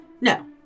No